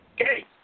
Okay